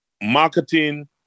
marketing